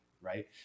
right